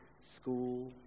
school